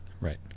Right